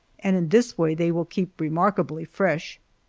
and in this way they will keep remarkably fresh.